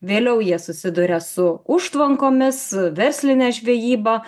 vėliau jie susiduria su užtvankomis versline žvejyba